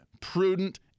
prudent